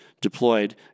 deployed